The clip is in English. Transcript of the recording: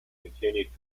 continued